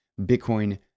Bitcoin